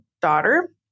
daughter